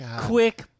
Quick